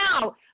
now